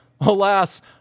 Alas